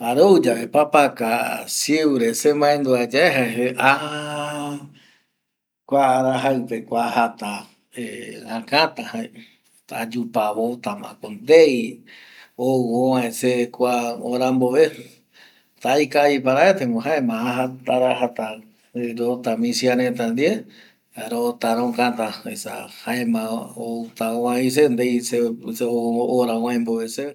Jare ouyave papaca siu re semandua ye kua arajai pe ko ajata akata ayupavotako ndei ou kua hora vovi ye rojotamako dnei ou hora se ve ye